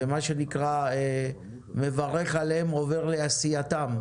ומה שנקרא 'מברך עליהן, עובר לעשייתן'.